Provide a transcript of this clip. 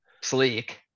Sleek